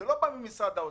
זה לא בא ממשרד האוצר.